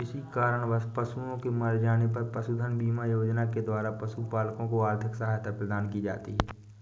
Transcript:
किसी कारणवश पशुओं के मर जाने पर पशुधन बीमा योजना के द्वारा पशुपालकों को आर्थिक सहायता प्रदान की जाती है